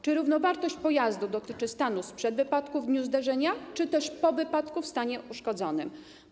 Czy równowartość pojazdu dotyczy stanu sprzed wypadku w dniu zdarzenia, czy też po wypadku w stanie uszkodzonym?